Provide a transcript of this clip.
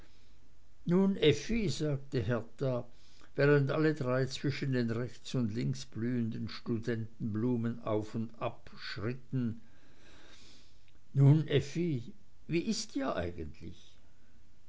nun effi sagte hertha während alle drei zwischen den rechts und links blühenden studentenblumen auf und ab schritten nun effi wie ist dir eigentlich